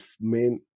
main